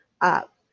up